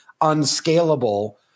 unscalable